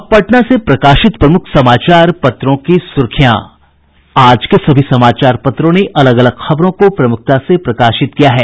अब पटना से प्रकाशित प्रमुख समाचार पत्रों की सुर्खियां आज के सभी समाचार पत्रों ने अलग अलग खबरों को प्रमुखता से प्रकाशित किया है